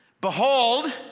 Behold